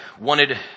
wanted